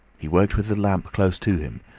he worked with the lamp close to him,